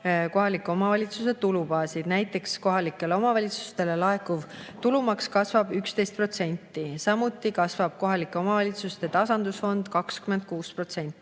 kohaliku omavalitsuse tulubaasid. Näiteks kohalikele omavalitsustele laekuv tulumaks kasvab 11%, samuti kasvab kohalike omavalitsuste tasandusfond 26%.